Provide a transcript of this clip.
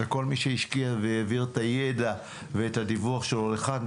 לכל מי שהשקיע והעביר את הידע ואת הדיווח שלו לכאן.